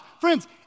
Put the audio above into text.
Friends